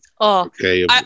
Okay